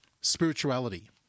spirituality